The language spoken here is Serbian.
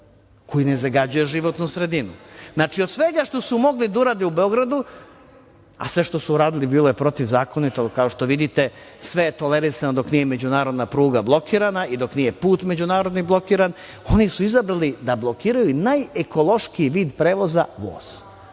koji ne zagađuje životnu sredinu. Znači, od svega što su mogli da urade u Beogradu, a sve što su uradili bilo je protivzakonito, kao što vidite, sve je tolerisano dok nije međunarodna pruga blokirana i dok nije put međunarodni blokiran, oni su izabrali da blokiraju najekološkiji vid prevoza, voz.